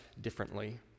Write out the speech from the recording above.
differently